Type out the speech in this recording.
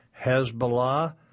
Hezbollah